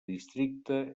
districte